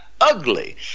ugly